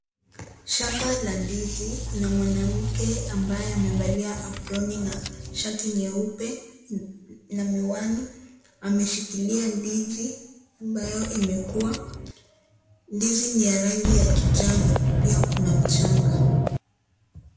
Shamba la ndizi. Kuna mwanamke ambaye amevalia aproni na shati nyeupe na miwani. Ameshikilia ndizi ambayo imekua. Ndizi ni ya rangi ya kijani pia kuna mchanga.